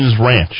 ranch